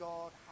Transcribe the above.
God